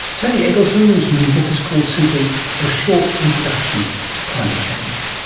tony eggleton's new book is called simply a short introduction to climate change.